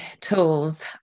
tools